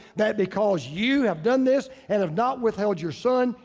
that because you have done this and have not withheld your son,